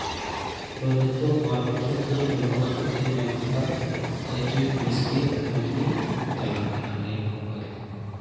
ᱛᱚ ᱱᱤᱛᱳᱜ ᱵᱟᱨ ᱵᱚᱪᱷᱚᱨ ᱫᱷᱚᱨᱮ ᱵᱮᱵᱚᱦᱟᱨ ᱠᱟᱛᱮ ᱤᱧ ᱧᱮᱞ ᱠᱮᱫᱟ ᱟᱹᱰᱤ ᱵᱮᱥ ᱜᱮ ᱢᱚᱸᱡᱽ ᱜᱮ ᱪᱟᱞᱟᱜ ᱠᱟᱱᱟ ᱱᱤᱭᱟᱹ ᱢᱳᱵᱟᱭᱤᱞ ᱫᱚ